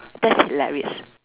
that's hilarious